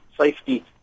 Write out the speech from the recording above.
safety